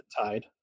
tide